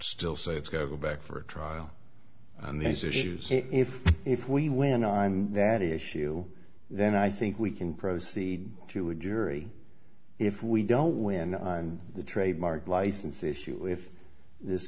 still say let's go back for a trial on these issues if if we win on that issue then i think we can proceed to a jury if we don't win on the trademark licensing issue if this